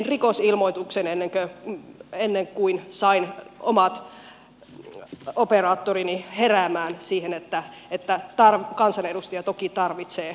tein rikosilmoituksen ennen kuin sain omat operaattorini heräämään siihen että kansanedustaja toki tarvitsee laajakaistan